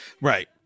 right